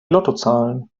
lottozahlen